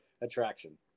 attraction